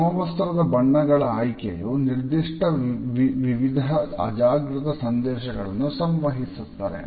ಸಮವಸ್ತ್ರದ ಬಣ್ಣಗಳ ಆಯ್ಕೆಯು ನಿರ್ದಿಷ್ಟ ವಿಧದ ಅಜಾಗೃತ ಸಂದೇಶಗಳನ್ನು ಸಂವಹಿಸುತ್ತದೆ